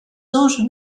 anges